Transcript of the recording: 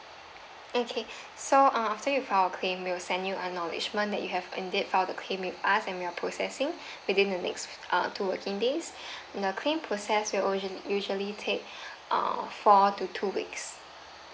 okay so uh after you file a claim we will send you acknowledgement that you have indeed file the claim with us and we are processing within the next uh two working days in a claim process we'll usual usually take uh four to two weeks